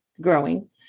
growing